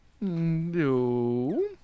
No